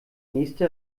nächste